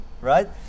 Right